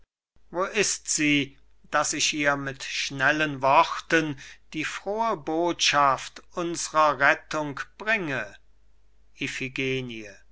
wo ist sie daß ich ihr mit schnellen worten die frohe botschaft unsrer rettung bringe